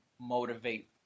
motivate